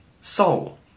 Soul